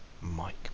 mike